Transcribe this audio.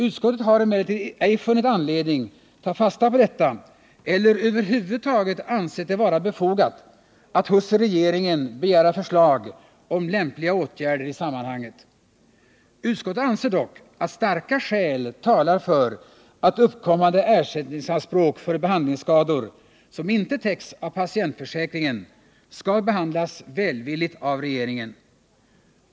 Utskottet har emellertid ej funnit anledning ta fasta på detta eller över huvud taget ansett det vara befogat att hos regeringen begära förslag om lämpliga åtgärder i sammanhanget. Utskottet anser dock att starka skäl talar för att uppkommande ersättningsanspråk för behandlingsskador, som inte täcks av patientförsäkringen, skall behandlas välvilligt av regeringen.